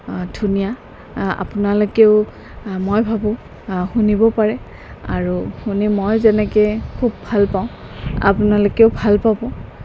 ধুনীয়া আপোনালোকেও মই ভাবোঁ শুনিব পাৰে আৰু শুনি মই যেনেকে খুব ভাল পাওঁ আপোনালোকেও ভাল পাব